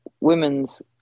women's